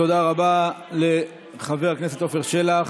תודה רבה לחבר הכנסת עפר שלח.